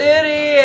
City